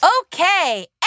Okay